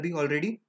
already